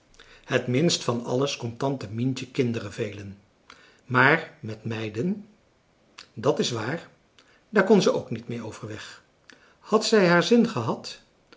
het minst van alles kon tante mientje kinderen velen maar met meiden dat is waar daar kon ze ook niet mee overweg had zij haar zin gehad